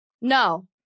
No